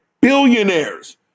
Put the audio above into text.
billionaires